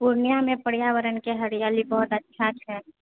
पूर्णियामे पर्यावरणके हरियाली बहुत अच्छा छै